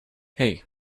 hey